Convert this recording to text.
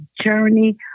journey